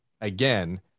again